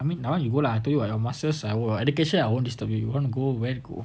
I mean you go lah I tell you your masters your education I won't disturb you you want to go where go